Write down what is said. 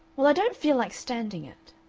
well, i don't feel like standing it.